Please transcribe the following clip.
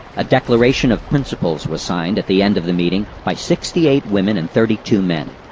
a declaration of principles was signed at the end of the meeting by sixty-eight women and thirty-two men.